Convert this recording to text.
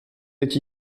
êtes